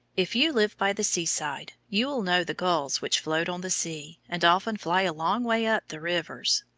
if you live by the seaside, you will know the gulls which float on the sea, and often fly a long way up the rivers.